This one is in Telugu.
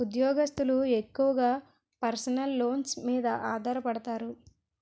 ఉద్యోగస్తులు ఎక్కువగా పర్సనల్ లోన్స్ మీద ఆధారపడతారు